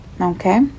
Okay